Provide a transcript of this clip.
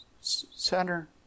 center